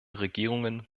regierungen